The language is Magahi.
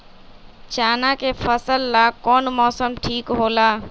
चाना के फसल ला कौन मौसम ठीक होला?